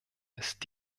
ist